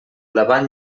davant